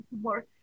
more